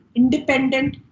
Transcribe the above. independent